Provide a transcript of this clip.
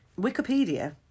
Wikipedia